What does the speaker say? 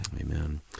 Amen